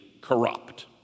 corrupt